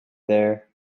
there